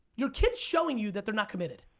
your kid's showing you that they're not committed.